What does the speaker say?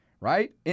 right